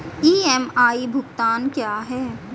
EMI भुगतान क्या है?